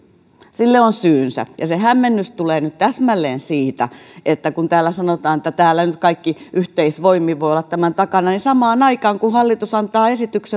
sille on syynsä se hämmennys tulee nyt täsmälleen siitä että vaikka täällä sanotaan että täällä nyt kaikki yhteisvoimin voivat olla tämän takana niin samaan aikaan kun hallitus antaa esityksen